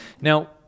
Now